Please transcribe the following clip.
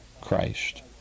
Christ